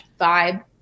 vibe